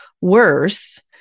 worse